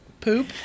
Poop